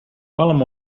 palm